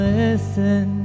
listen